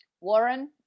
Warren